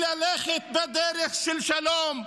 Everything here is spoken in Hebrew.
היא ללכת בדרך של שלום,